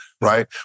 right